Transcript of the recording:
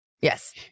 Yes